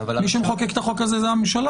מי שמחוקק את החוק הזה זה הממשלה.